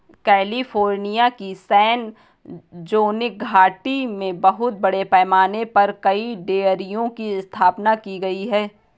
California की San Joaquin घाटी में बहुत बड़े पैमाने पर कई डेयरियों की स्थापना की गई है